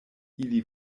ili